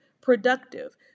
productive